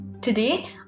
Today